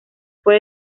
fue